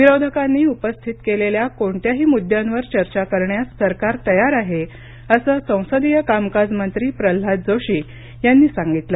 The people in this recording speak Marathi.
विरोधकांनी उपस्थित केलेल्या कोणत्याही मुद्द्यांवर चर्चा करण्यास सरकार तयार आहे असं संसदीय कामकाज मंत्री प्रल्हाद जोशी यांनी सांगितलं